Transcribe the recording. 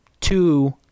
two